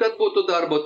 kad būtų darbo